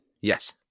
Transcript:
Yes